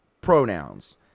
pronouns